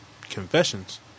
confessions